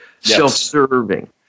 self-serving